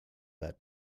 that